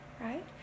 right